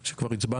או שכבר הצבענו?